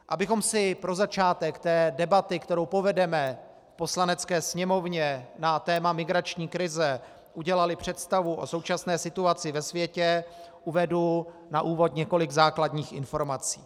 Abychom si pro začátek debaty, kterou povedeme v Poslanecké sněmovně na téma migrační krize, udělali představu o současné situaci ve světě, uvedu na úvod několik základních informací.